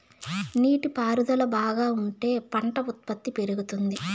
నీటి పారుదల బాగా ఉంటే పంట ఉత్పత్తి పెరుగుతుంది